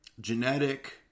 genetic